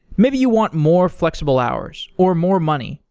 maybe you want more flexible hours, or more money,